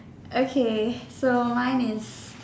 okay so mine is